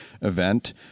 event